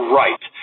right